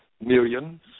millions